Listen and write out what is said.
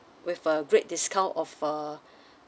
with a great discount off a